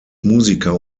musiker